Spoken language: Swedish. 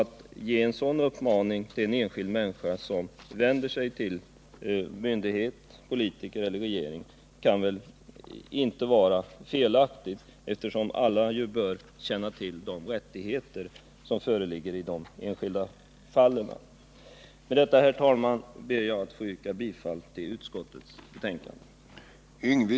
Att ge en sådan uppmaning till en enskild människa som vänder sig till en myndighet, politiker eller regering kan väl inte vara felaktigt eftersom alla bör känna till de rättigheter som föreligger i det enskilda fallet. Med detta, herr talman, ber jag att få yrka bifall till förslagen i utskottets betänkande.